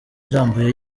irambuye